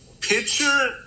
picture